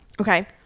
okay